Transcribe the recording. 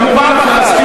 פעם אחת.